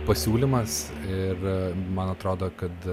pasiūlymas ir man atrodo kad